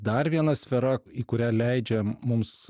dar viena sfera į kurią leidžia mums